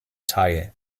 teil